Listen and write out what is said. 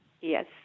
yes